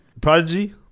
Prodigy